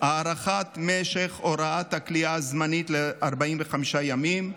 הארכת משך הוראת הכליאה הזמנית ל-45 ימים,